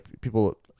people